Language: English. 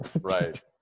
Right